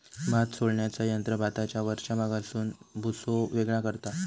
भात सोलण्याचा यंत्र भाताच्या वरच्या भागापासून भुसो वेगळो करता